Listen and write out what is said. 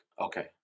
Okay